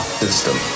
system